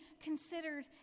considered